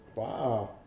Wow